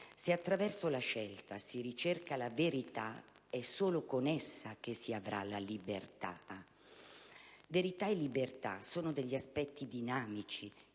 Se attraverso la scelta si ricerca la verità, è solo con essa che si avrà la libertà. Verità e libertà sono aspetti dinamici